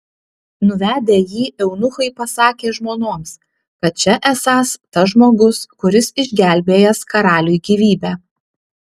nuvedę jį eunuchai pasakė žmonoms kad čia esąs tas žmogus kuris išgelbėjęs karaliui gyvybę